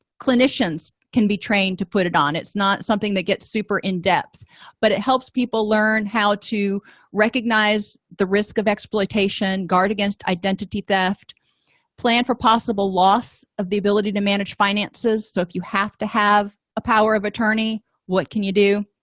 clinicians can be trained to put it on it's not something that gets super in-depth but it helps people learn how to recognize the risk of exploitation guard against identity theft plan for possible loss of the ability to manage finances so if you have to have a power of attorney what can you do